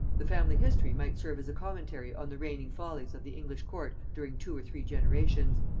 the family history might serve as a commentary on the reigning follies of the english court during two or three generations.